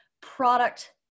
product